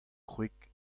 kwreg